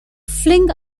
fling